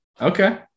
Okay